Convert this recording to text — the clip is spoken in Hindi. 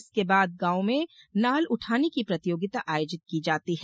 इसके बाद गांव में नाल उठाने की प्रतियोगिता आयोजित की जाती है